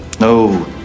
No